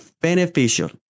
beneficial